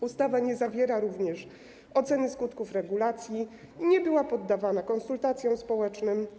Ustawa nie zawiera również oceny skutków regulacji, nie była poddawana konsultacjom społecznym.